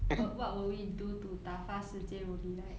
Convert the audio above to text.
what what will we do to 打发时间 will be like